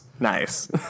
Nice